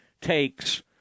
takes